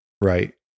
right